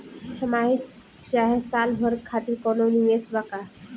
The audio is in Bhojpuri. छमाही चाहे साल भर खातिर कौनों निवेश बा का?